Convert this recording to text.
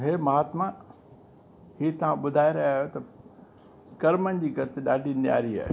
हे महात्मा हीअ तव्हां ॿुधाए रहिया आहियो कर्मनि जी गत ॾाढी नियारी आए